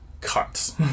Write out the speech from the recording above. cuts